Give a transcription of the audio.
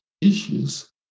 issues